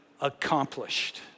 accomplished